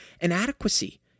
inadequacy